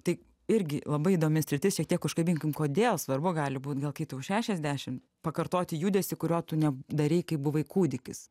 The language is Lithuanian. tai irgi labai įdomi sritis šiek tiek užkabinkim kodėl svarbu gali būt gal kai tau šešiasdešim pakartoti judesį kurio tu ne darei kai buvai kūdikis